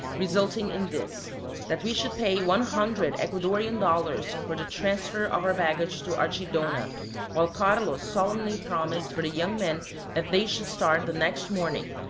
resulting in this that we should pay one hundred ecuadorian dollars for the transfer of our baggage to archidona while carlos solemnly promised for the young men that they should start the next morning,